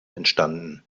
entstanden